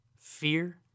fear